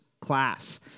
class